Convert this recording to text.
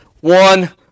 one